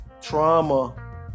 trauma